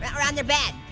but or on their bed.